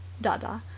Dada